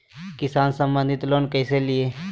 किसान संबंधित लोन कैसै लिये?